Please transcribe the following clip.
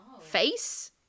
Face